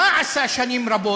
מה הוא עשה שנים רבות?